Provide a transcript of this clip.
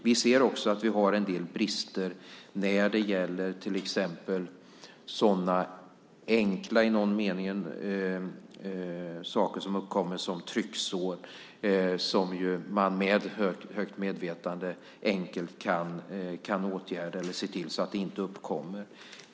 Vi ser också att vi har en del brister när det gäller till exempel sådana i någon mening enkla saker som trycksår, som man ju med högt medvetande enkelt kan åtgärda eller se till att det inte uppkommer.